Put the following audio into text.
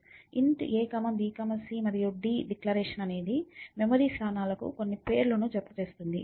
int ab c మరియు d declaration అనేది memory స్థానాలకు కొన్ని పేర్లను జత చేస్తుంది